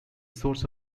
source